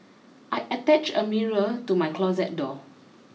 I attached a mirror to my closet door